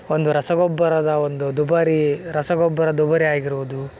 ಒಂದು ರಸಗೊಬ್ಬರದ ಒಂದು ದುಬಾರಿ ರಸಗೊಬ್ಬರ ದುಬಾರಿಯಾಗಿರುವುದು